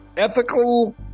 Ethical